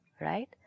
right